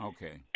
Okay